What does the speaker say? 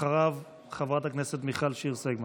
אחריו, חברת הכנסת מיכל שיר סגמן.